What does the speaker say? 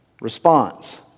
response